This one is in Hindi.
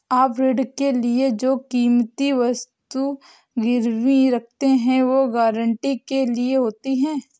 आप ऋण के लिए जो कीमती वस्तु गिरवी रखते हैं, वो गारंटी के लिए होती है